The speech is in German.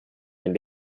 den